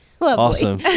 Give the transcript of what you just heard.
Awesome